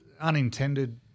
unintended